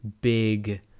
big